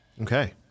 okay